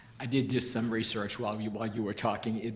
i did do some research while you while you were talking.